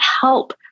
help